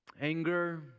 anger